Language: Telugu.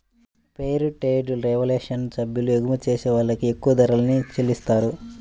ఫెయిర్ ట్రేడ్ రెవల్యూషన్ సభ్యులు ఎగుమతి చేసే వాళ్ళకి ఎక్కువ ధరల్ని చెల్లిత్తారు